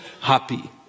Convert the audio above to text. happy